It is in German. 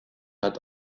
hat